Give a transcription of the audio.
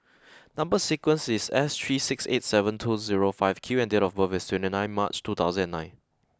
number sequence is S three six eight seven two zero five Q and date of birth is twenty nine March two thousand and nine